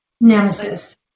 nemesis